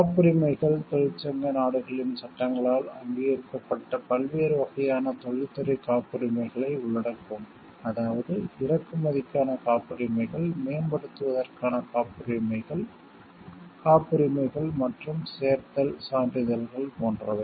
காப்புரிமைகள் தொழிற்சங்க நாடுகளின் சட்டங்களால் அங்கீகரிக்கப்பட்ட பல்வேறு வகையான தொழில்துறை காப்புரிமைகளை உள்ளடக்கும் அதாவது இறக்குமதிக்கான காப்புரிமைகள் மேம்படுத்துவதற்கான காப்புரிமைகள் காப்புரிமைகள் மற்றும் சேர்த்தல் சான்றிதழ்கள் போன்றவை